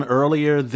earlier